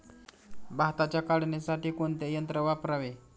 भाताच्या काढणीसाठी कोणते यंत्र वापरावे?